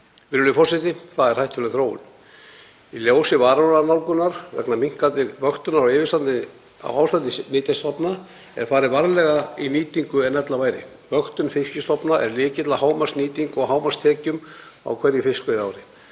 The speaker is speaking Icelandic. Virðulegur forseti. Það er hættuleg þróun. Í ljósi varúðarnálgunar vegna minnkandi vöktunar á ástandi nytjastofna er farið varlegar í nýtingu en ella væri. Vöktun fiskstofna er lykill að hámarksnýtingu og hámarkstekjum á hverju fiskveiðiári.